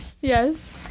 Yes